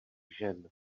žen